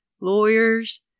lawyers